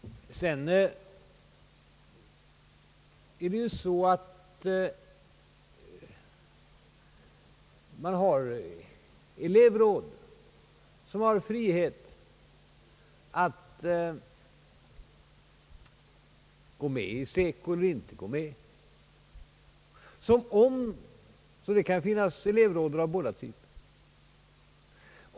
Sedan är det ju så att elevråden har frihet att gå med i SECO eller att inte gå med. Det kan alltså finnas elevråd av båda typerna.